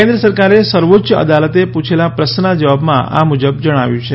કેન્દ્ર સરકારે સર્વોચ્ય અદાલતે પૂછેલા પ્રશ્નના જવાબમાં આ મુજબ જણાવ્યું છે